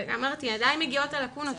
אמרתי שאלי מגיעות הלקונות,